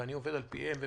ואני עובד על פיהם.